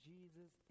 Jesus